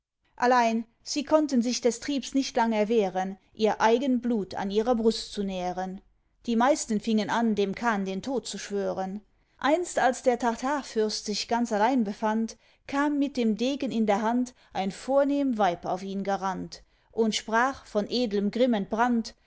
allein sie konnten sich des triebs nicht lang erwehren ihr eigen blut an ihrer brust zu nähren die meisten fingen an dem chan den tod zu schwören einst als der tartarfürst sich ganz allein befand kam mit dem degen in der hand ein vornehm weib auf ihn gerannt und sprach von edlem